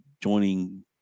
joining